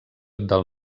del